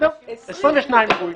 22 אירועים.